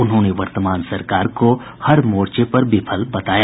उन्होंने वर्तमान सरकार को हर मोर्चे पर विफल बताया